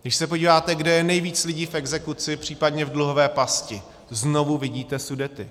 Když se podíváte, kde je nejvíc lidí v exekuci, případně v dluhové pasti, znovu vidíte Sudety.